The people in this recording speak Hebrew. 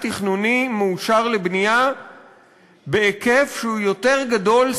תכנוני מאושר לבנייה בהיקף שהוא יותר גדול,